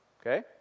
Okay